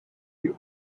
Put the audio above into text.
you